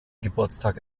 geburtstag